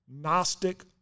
Gnostic